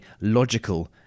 logical